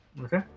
Okay